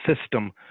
system